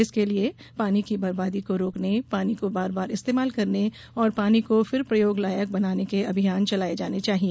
इसके लिए पानी की बर्बादी रोकने पानी को बार बार इस्तेमाल करने और पानी को फिर प्रयोग लायक बनाने के अभियान चलाये जाने चाहिए